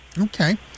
Okay